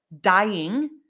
dying